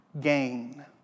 gain